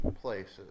places